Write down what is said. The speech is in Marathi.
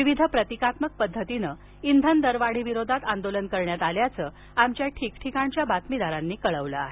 विविध प्रतीकात्मक पद्धतीने इंधन दरवाढीविरोधात आंदोलन करण्यात आल्याचं आमच्या ठिकठिकाणच्या बातमीदारांनी कळवलं आहे